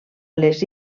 les